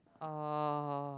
oh